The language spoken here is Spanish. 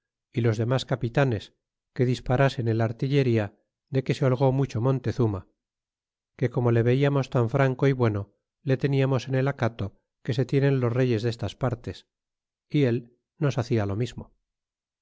y los demás capitanes que disparasen el artillería de que se holgó mucho montezuma que como le veíamos tan franco y bueno le teníamos en el acato que se tienen los reyes destas partes y él nos hacia lo mismo